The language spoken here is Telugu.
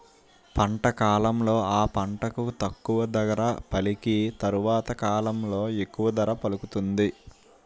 పంట కాలంలో ఆ పంటకు తక్కువ ధర పలికి తరవాత కాలంలో ఎక్కువ ధర పలుకుతుంది